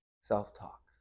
Self-talk